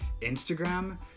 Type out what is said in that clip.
Instagram